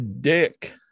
dick